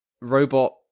Robot